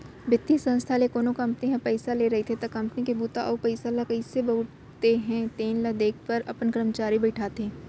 बित्तीय संस्था ले कोनो कंपनी ह पइसा ले रहिथे त कंपनी के बूता अउ पइसा ल कइसे बउरत हे तेन ल देखे बर अपन करमचारी बइठाथे